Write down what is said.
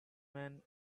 man